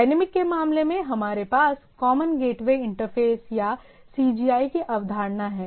dynamic के मामले में हमारे पास कॉमन गेटवे इंटरफेस या सीजीआई की अवधारणा है